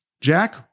Jack